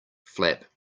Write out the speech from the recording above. flap